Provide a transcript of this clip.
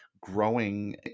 growing